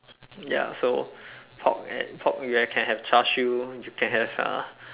ya so pork and pork you ha~ can have char siew you can have uh